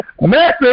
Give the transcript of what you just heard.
message